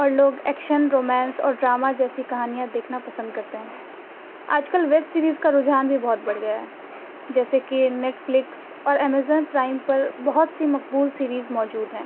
اور لوگ action romance اور ڈراما جیسی کہانیاں دیکھنا پسند کرتے ہیں آج کل ویبسیریز کا رجحان بھی بہت بڑھ گیا ہے جیسے کہ نیٹفلکس اور امیزون پرائم پر بہت سی مقبول سیریز موجود ہیں